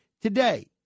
today